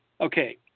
Okay